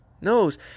nose